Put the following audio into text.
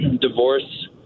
divorce